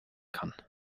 kann